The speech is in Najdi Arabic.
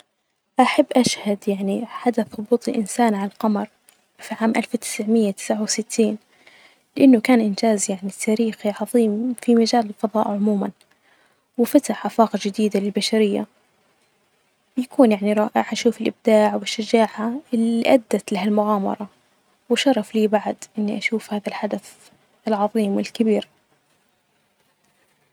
أحب أشهد يعني حدث هبوط الإنسان علي القمر فعام ألف تسمعائة وتسعة وستين، لإنه كان إنجاز يعني تاريخي عظيم في مجال الفظاء عموما، وفتح آفاق جديدة للبشرية، بيكون يعني رائع عشوف الإبداع والشجاعة اللي أدت لهي المغامرة وشرف لي بعد إني أشوف هدا الحدث الكبير والعظيم.